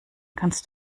kannst